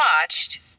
watched